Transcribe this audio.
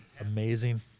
Amazing